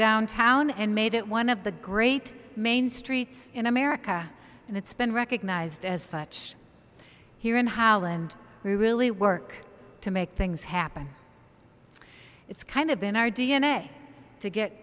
downtown and made it one of the great main streets in america and it's been recognized as such here in holland we really work to make things happen it's kind of in our d n a to get